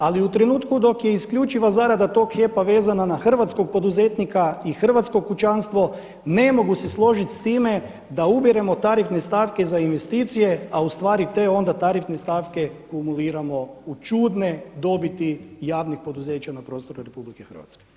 Ali u trenutku dok je isključiva zarada tog HEP-a vezana na hrvatskog poduzetnika i hrvatsko kućanstvo ne mogu se složiti s time da ubiremo tarifne stavke za investicije, a ustvari te onda tarifne stavke kumuliramo u čudne dobiti javnih poduzeća na prostoru RH.